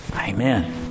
Amen